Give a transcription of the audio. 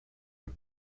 for